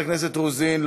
חברת הכנסת רוזין,